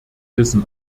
wissen